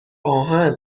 آهن